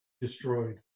destroyed